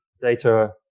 data